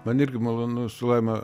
man irgi malonu su laima